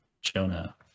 Jonah